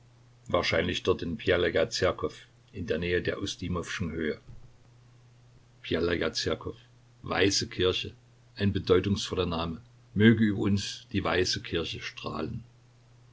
wahrscheinlich dort in bjelaja zerkow in der nähe der ustimowschen höhe bjelaja zerkow weiße kirche ein bedeutungsvoller name möge über uns die weiße kirche strahlen